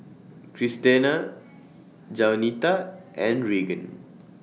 Christena Jaunita and Regan